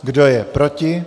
Kdo je proti?